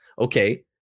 Okay